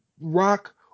Rock